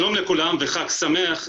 שלום לכולם וחג שמח.